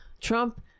Trump